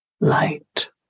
light